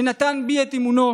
שנתן בי את אמונו